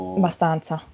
abbastanza